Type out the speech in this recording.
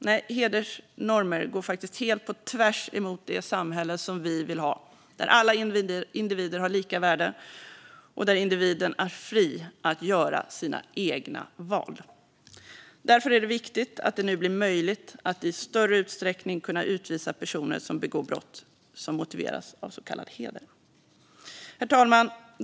Nej, hedersnormer går faktiskt helt på tvärs emot det samhälle som vi vill ha, där alla individer har lika värde och där individen är fri att göra sina egna val. Därför är det viktigt att det nu blir möjligt att i större utsträckning kunna utvisa personer som begår brott som motiveras av så kallad heder. Herr talman!